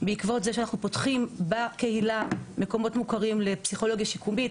בעקבות זה שאנחנו פותחים בקהילה מקומות מוכרים לפסיכולוגיה שיקומית,